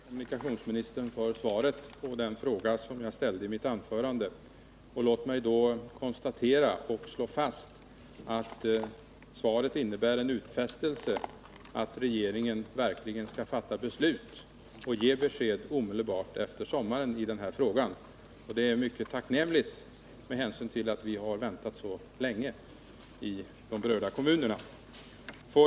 Herr talman! Jag ber att få tacka kommunikationsministern för svaret på den fråga som jag ställde i mitt anförande. Låt mig här konstatera och slå fast, att svaret innebär en utfästelse att regeringen i den här frågan verkligen skall fatta beslut och ge besked omedelbart efter sommaren. Det är mycket tacknämligt med hänsyn till att man har väntat så länge i de berörda : kommunerna.